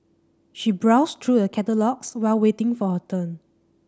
she browsed through the catalogues while waiting for her turn